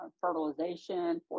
fertilization